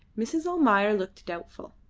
mrs. almayer looked doubtful.